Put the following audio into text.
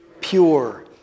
pure